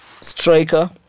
striker